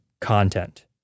content